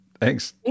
Thanks